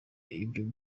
ivyo